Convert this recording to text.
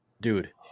dude